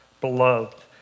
beloved